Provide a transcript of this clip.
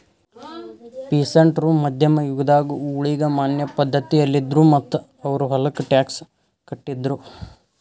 peasant ರು ಮಧ್ಯಮ್ ಯುಗದಾಗ್ ಊಳಿಗಮಾನ್ಯ ಪಧ್ಧತಿಯಲ್ಲಿದ್ರು ಮತ್ತ್ ಅವ್ರ್ ಹೊಲಕ್ಕ ಟ್ಯಾಕ್ಸ್ ಕಟ್ಟಿದ್ರು